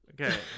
Okay